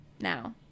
now